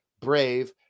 brave